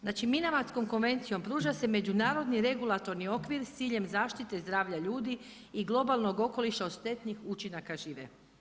Znači Minamatskom konvencijom pruža se međunarodni regulatorni okvir s ciljem zaštite zdravlja ljudi i globalnog okoliša o štetnih učinaka žive.